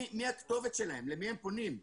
מי הכתובת שלהם, למי הם פונים?